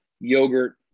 yogurt